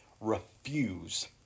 refuse